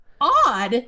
odd